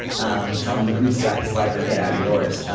um tell him to bootstrap his life or get out of yours.